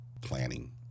Planning